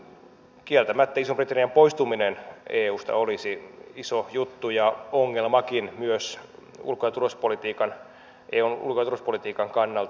mutta kieltämättä ison britannian poistuminen eusta olisi iso juttu ja ongelmakin myös eun ulko ja turvallisuuspolitiikan kannalta